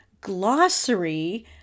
glossary